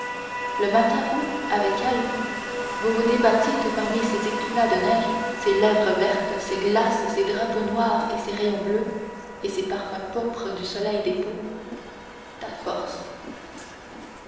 le matin où avec elle vous vous débattîtes parmi ces éclats de neige ces lèvres vertes ces glaces ces drapeaux noirs et ces rayons bleus et ces parfums pourpres du soleil des pôles ta force